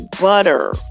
butter